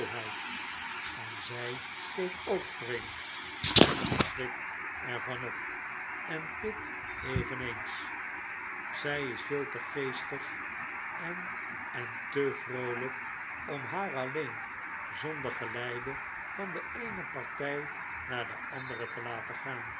en zij keek ook vreemd en verschrikt er van op en pitt eveneens zij is veel te geestig en en te vroolijk om haar alleen zonder geleide van de eene partij naar de andere te laten gaan